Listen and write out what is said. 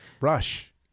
Rush